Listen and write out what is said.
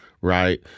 Right